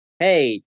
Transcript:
Hey